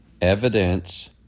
evidence